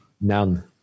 None